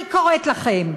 אני קוראת לכם,